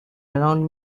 around